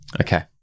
Okay